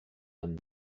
them